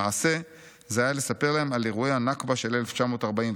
למעשה זה היה לספר להם על אירועי הנכבה של 1948,